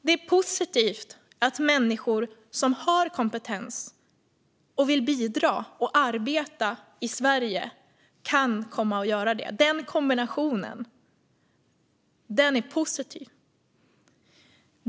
Det är positivt att människor som har kompetens och vill bidra och arbeta i Sverige kan komma hit och göra det. Den kombinationen är positiv.